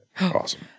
Awesome